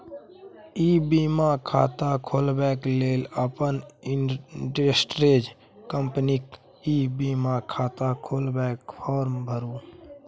इ बीमा खाता खोलबाक लेल अपन इन्स्योरेन्स कंपनीक ई बीमा खाता खोलबाक फार्म भरु